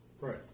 Right